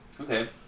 okay